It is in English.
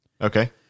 Okay